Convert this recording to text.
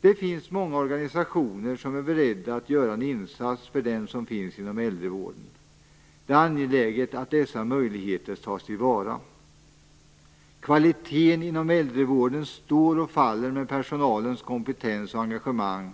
Det finns många organisationer som är beredda att göra en insats för dem som finns inom äldrevården. Det är angeläget att dessa möjligheter tas till vara. Kvaliteten inom äldrevården står och faller med personalens kompetens och engagemang.